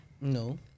no